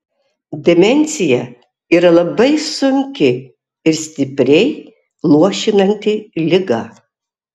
demencija yra labai sunki ir stipriai luošinanti liga